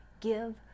give